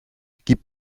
gib